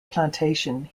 plantation